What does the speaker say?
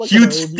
Huge